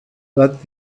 but